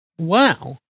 Wow